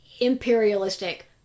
imperialistic